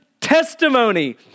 testimony